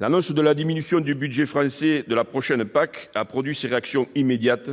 L'annonce de la diminution du budget français de la prochaine PAC a produit ses réactions immédiates :